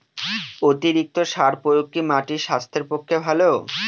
অতিরিক্ত সার প্রয়োগ কি মাটির স্বাস্থ্যের পক্ষে ভালো?